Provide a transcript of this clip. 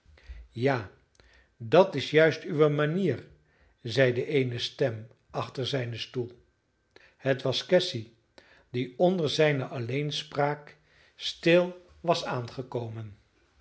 ja dat is juist uwe manier zeide eene stem achter zijnen stoel het was cassy die onder zijne alleenspraak stil was aangekomen